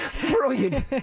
brilliant